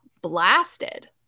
blasted